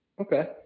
Okay